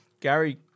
Gary